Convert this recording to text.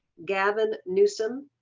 gavin newsom,